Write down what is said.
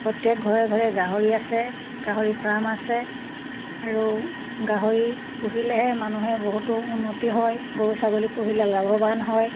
প্ৰত্যেক ঘৰে ঘৰে গাহৰি আছে গাহৰি ফাৰ্ম আছে আৰু গাহৰি পুহিলেহে মানুহে বহুতো উন্নতি হয় গৰু ছাগলী পুহিলে লাভৱান হয়